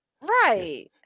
right